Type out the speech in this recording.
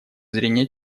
зрения